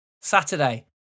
Saturday